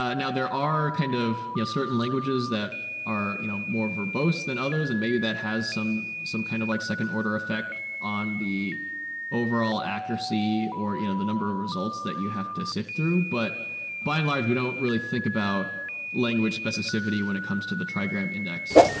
ah now, there are kind of you know certain languages that are you know more verbose than others, and maybe that has some some kind of like second order effect on the overall accuracy or you know the number of results that you have to sift through. but by and large, we don't really think about language specificity when it comes to the trigram index.